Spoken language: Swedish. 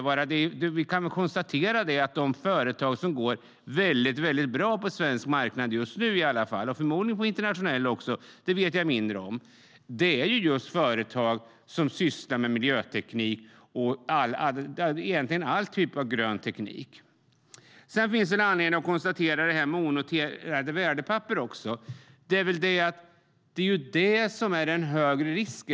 Vi kan konstatera att de företag som går väldigt bra på svensk marknad just nu - förmodligen på internationell också; det vet jag mindre om - är företag som sysslar med miljöteknik och alla andra typer av grön teknik. Det finns anledning att konstatera att onoterade värdepapper medför en högre risk.